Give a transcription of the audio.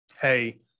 hey